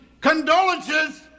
Condolences